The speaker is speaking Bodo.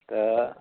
दा